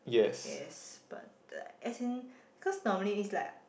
yes but uh as in cause normally it's like